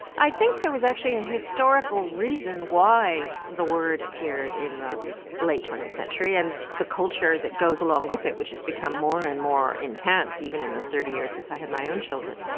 i think there was actually a historical reason why the word appeared in the late twentieth century and the culture that goes along with it, which has become more and more intense, even in the thirty years since i had my own children.